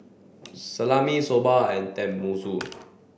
Salami Soba and Tenmusu